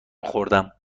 خوردم